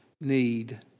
need